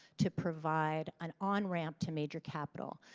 to provide an on-ramp to major capital.